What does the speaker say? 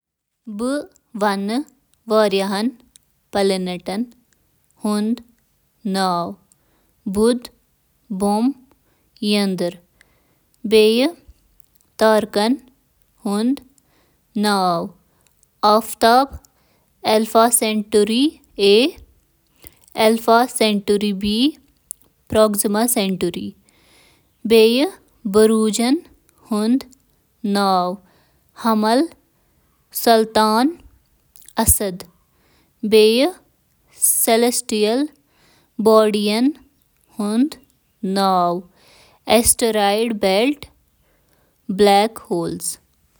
آفتابس گرد چکر لگاون وٲل ساروی کھوتہٕ بٕڑ اشیاء چِھ ٲٹھ سیارٕ۔ آفتاب کہِ ترتیبس منز چِھ تیم ژور زمینی سیارہمرکری، زہرہ، زمین تہٕ مریخ, زٕ گیس دیو ,مشتری تہٕ زحل ۔ تہٕ زٕ آئس جنات ,یورینس تہٕ نیپچون ۔